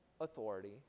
authority